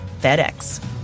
FedEx